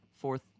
Fourth